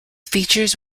features